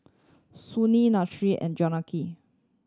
Sunil Nadesan and Jahangir